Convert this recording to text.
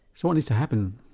so what needs to happen?